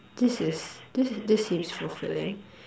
this is this is this seems fulfilling